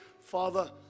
Father